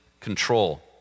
control